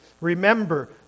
remember